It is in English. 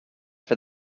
for